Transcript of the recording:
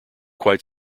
quite